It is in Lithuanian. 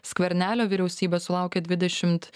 skvernelio vyriausybė sulaukė dvidešimt